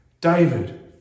David